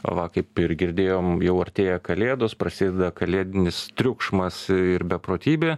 va kaip ir girdėjom jau artėja kalėdos prasideda kalėdinis triukšmas ir beprotybė